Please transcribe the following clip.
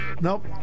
Nope